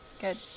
Good